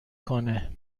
کنه